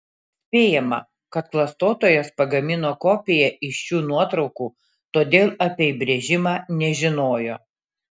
spėjama kad klastotojas pagamino kopiją iš šių nuotraukų todėl apie įbrėžimą nežinojo